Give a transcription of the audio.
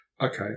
okay